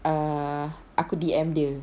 err aku D_M dia